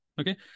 Okay